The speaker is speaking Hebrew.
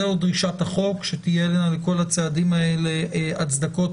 זאת דרישת החוק שלכל הצעדים האלה תהיה הצדקה